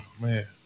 man